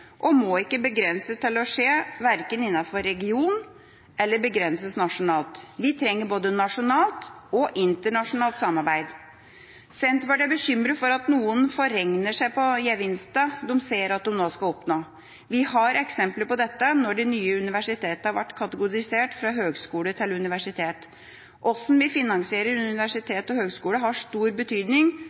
og må ikke begrenses til å skje innenfor en region eller begrenses nasjonalt. Vi trenger både nasjonalt og internasjonalt samarbeid. Senterpartiet er bekymret for at noen forregner seg på gevinstene de ser at de nå skal oppnå. Vi har eksempler på dette da de nye universitetene ble kategorisert fra høgskole til universitet. Hvordan vi finansierer universitetene og høgskolene, har stor betydning